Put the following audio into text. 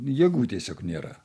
jėgų tiesiog nėra